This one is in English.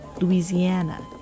Louisiana